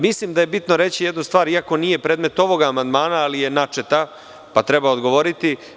Mislim da je bitno reći jednu stvar iako nije predmet ovog amandmana, ali je načeta, pa treba odgovoriti.